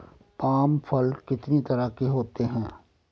Palm फल कितनी तरह के होते हैं?